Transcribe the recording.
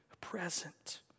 present